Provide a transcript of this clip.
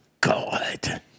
God